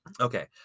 Okay